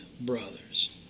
brothers